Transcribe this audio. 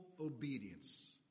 obedience